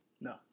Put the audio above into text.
No